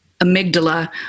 amygdala